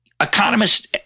Economists